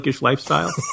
lifestyle